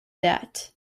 that